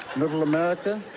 little america.